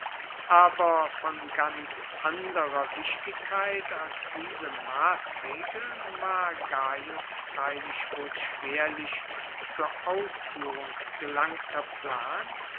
aber von ganz anderer wichtigkeit als diese maßregeln war gaius freilich wohl schwerlich zur ausführung gelangter plan